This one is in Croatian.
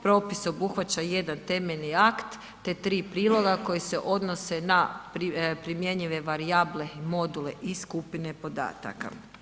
Propis obuhvaća jedan temeljni akt te 3 priloga koji se odnose na primjenjive varijable, module i skupine podataka.